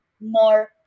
more